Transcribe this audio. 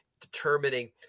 determining